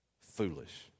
foolish